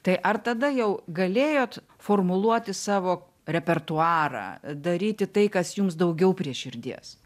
tai ar tada jau galėjot formuluoti savo repertuarą daryti tai kas jums daugiau prie širdies